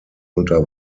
unter